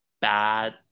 bad